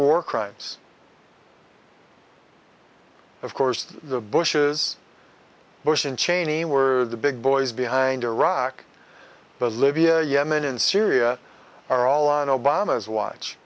war crimes of course the bush is bush and cheney were the big boys behind iraq but libya yemen and syria are all on obama's watch